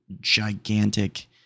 gigantic